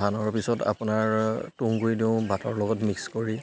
ধানৰ পিছত আপোনাৰ তুঁহগুৰি দিওঁ ভাতৰ লগত মিক্স কৰি